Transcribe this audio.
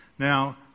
Now